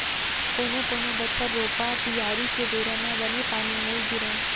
कोनो कोनो बछर रोपा, बियारी के बेरा म बने पानी नइ गिरय